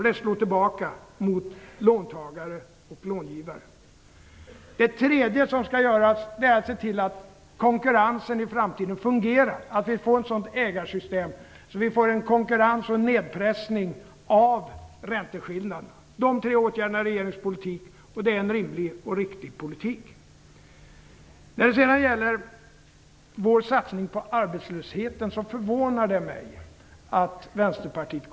Det slår tillbaka mot låntagare och långivare. Det tredje som skall göras är att vi skall se till att konkurrensen i framtiden fungerar, att det blir ett sådant ägarsystem att det blir en konkurrens och en nedpressning av ränteskillnaderna. Detta är tre åtgärder i regeringens politik, och det är en rimlig och riktig politik. Det förvånar mig att Vänsterpartiet går emot vår satsning mot arbetslösheten.